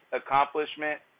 accomplishment